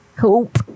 Hope